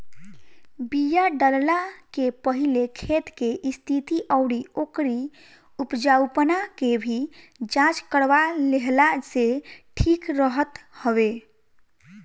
बिया डालला के पहिले खेत के स्थिति अउरी ओकरी उपजाऊपना के भी जांच करवा लेहला से ठीक रहत हवे